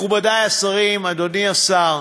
מכובדי השרים, אדוני השר,